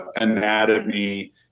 anatomy